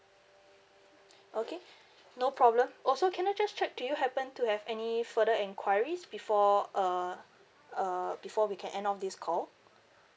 okay no problem also can I just check do you happen to have any further enquiries before uh uh before we can end of this call